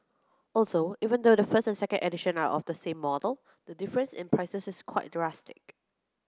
also even though the first and second edition are of the same model the difference in prices is quite drastic